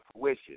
fruition